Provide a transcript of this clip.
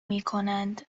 میکنند